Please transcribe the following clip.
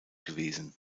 gewesen